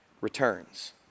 returns